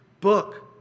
book